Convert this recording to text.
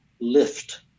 lift